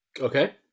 okay